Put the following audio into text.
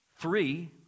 Three